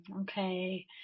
Okay